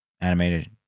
animated